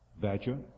Badger